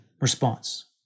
response